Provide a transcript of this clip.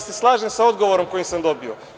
Slažem se sa odgovorom koji sam dobio.